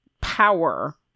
power